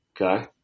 Okay